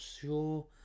sure